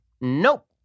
Nope